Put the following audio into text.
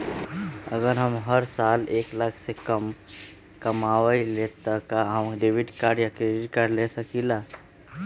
अगर हम हर साल एक लाख से कम कमावईले त का हम डेबिट कार्ड या क्रेडिट कार्ड ले सकीला?